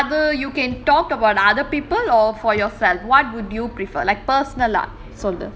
I guess other you can talk about other people or for yourself what would you prefer like personal lah